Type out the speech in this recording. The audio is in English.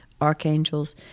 archangels